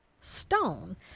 stone